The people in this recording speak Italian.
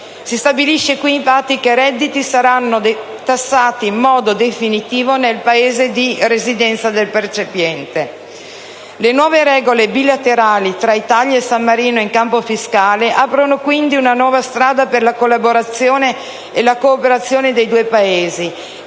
Si stabilisce infatti che i redditi saranno definitivamente tassati nel Paese di residenza del percepiente. Le nuove regole bilaterali tra Italia e San Marino in campo fiscale aprono quindi una nuova strada per la collaborazione e la cooperazione dei due Paesi,